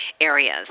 areas